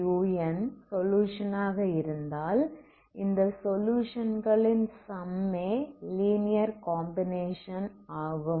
unசொலுயுஷன் ஆக இருந்தால் இந்த சொலுயுஷன்களின் சம்மே லீனியர் காம்பினேஷன் ஆகும்